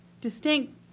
distinct